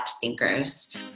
thinkers